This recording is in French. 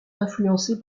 influencé